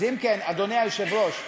אם כן, אדוני היושב-ראש,